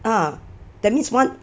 uh that means one